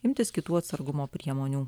imtis kitų atsargumo priemonių